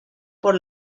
por